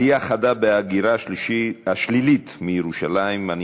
עלייה חדה בהגירה השלילית מירושלים, מס'